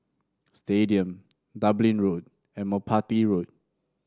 Stadium Dublin Road and Merpati Road